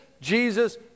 Jesus